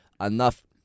enough